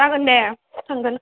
जागोन दे थांगोन